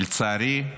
לצערי,